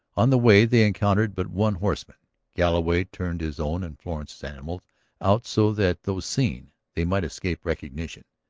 on the way they encountered but one horseman galloway turned his own and florence's animals out so that, though seen, they might escape recognition.